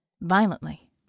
Violently